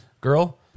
Girl